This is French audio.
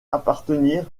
appartenir